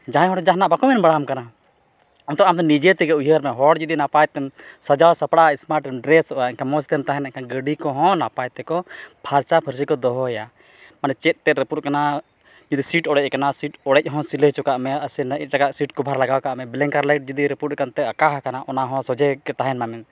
ᱡᱟᱦᱟᱭ ᱦᱚᱲ ᱡᱟᱦᱟᱱᱟᱜ ᱵᱟᱠᱚ ᱢᱮᱱ ᱵᱟᱲᱟᱦᱟᱢ ᱠᱟᱱᱟ ᱚᱱᱛᱮ ᱟᱢ ᱱᱤᱡᱮᱛᱮ ᱩᱭᱦᱟᱹᱨᱢᱮ ᱦᱚᱲ ᱡᱩᱫᱤ ᱱᱟᱯᱟᱭ ᱛᱮᱢ ᱥᱟᱡᱟᱣ ᱥᱟᱯᱲᱟᱣ ᱥᱢᱟᱴᱮᱢ ᱰᱨᱮᱥᱚᱜᱼᱟ ᱮᱱᱠᱷᱟᱱ ᱢᱚᱡᱽᱛᱮᱢ ᱛᱟᱦᱮᱱᱟ ᱮᱱᱠᱷᱟᱱ ᱜᱟᱹᱰᱤ ᱠᱚᱦᱚᱸ ᱱᱟᱯᱟᱭ ᱛᱮᱠᱚ ᱯᱷᱟᱨᱪᱟ ᱯᱷᱟᱹᱨᱪᱤ ᱠᱚ ᱫᱚᱦᱚᱭᱟ ᱢᱟᱱᱮ ᱪᱮᱫ ᱛᱮᱫ ᱨᱟᱹᱯᱩᱫ ᱟᱠᱟᱱᱟ ᱡᱩᱫᱤ ᱥᱤᱴ ᱚᱲᱮᱡ ᱟᱠᱟᱱᱟ ᱥᱤᱴ ᱚᱲᱮᱡ ᱦᱚᱸ ᱥᱤᱞᱟᱹᱭ ᱪᱚᱠᱟᱜᱢᱮ ᱥᱮ ᱮᱴᱟᱜᱟᱜ ᱥᱤᱴ ᱠᱚᱵᱷᱟᱨ ᱞᱟᱜᱟᱣ ᱠᱟᱜᱢᱮ ᱵᱞᱮᱝᱠᱟᱨ ᱞᱟᱹᱭᱤᱴ ᱡᱩᱫᱤ ᱨᱟᱹᱯᱩᱫ ᱠᱟᱱᱛᱮ ᱟᱠᱟ ᱟᱠᱟᱱᱟ ᱚᱱᱟᱦᱚᱸ ᱥᱚᱡᱷᱮᱜᱮ ᱛᱟᱦᱮᱱ ᱢᱟ